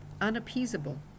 unappeasable